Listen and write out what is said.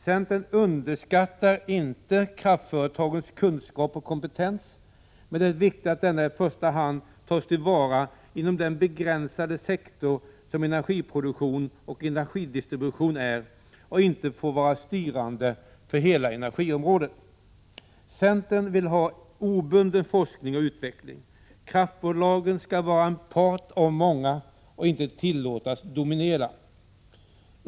Centern underskattar inte kraftföretagens kunskap och kompetens, men det är viktigt att denna i första hand tas till vara inom den begränsade sektor som energiproduktion och energidistribution är och att den inte får bli styrande för hela energiområdet. Centern vill ha obunden forskning och utveckling. Kraftbolagen skall vara en part av många och inte tillåtas dominera.